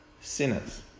sinners